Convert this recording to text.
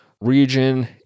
region